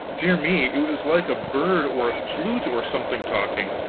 dear me, it was like a bird or a flute, or something, talking.